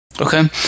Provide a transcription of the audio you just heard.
Okay